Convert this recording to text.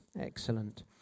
Excellent